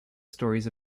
stories